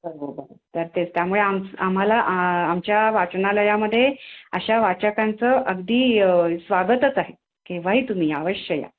बरोबर तर तेच त्यामुळे आमचं आम्हाला आमच्या वाचनालयामध्ये अशा वाचकांचं अगदी स्वागतच आहे केव्हाही तुम्ही अवश्य या